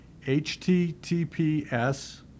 https